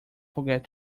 forget